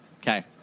Okay